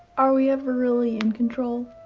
are we ever really in control?